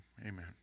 amen